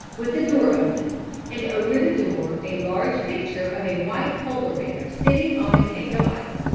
with the door open and over the door a large picture of a white polar bear sitting on a cake of ice,